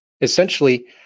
Essentially